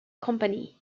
company